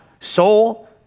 soul